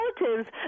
relatives